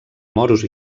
moros